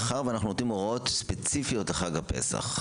מאחר ואנחנו נותנים הוראות ספציפיות לחג הפסח,